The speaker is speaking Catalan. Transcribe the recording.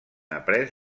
après